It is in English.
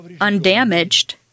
undamaged